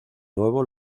nuevo